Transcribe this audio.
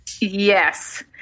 Yes